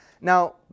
Now